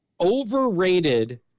overrated